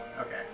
Okay